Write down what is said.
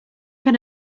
can